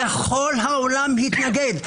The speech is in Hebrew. וכל העולם התנגד.